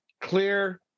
clear